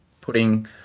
putting